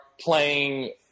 playing –